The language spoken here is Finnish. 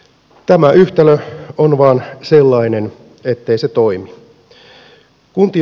tämä yhtälö on vain sellainen ettei se toimi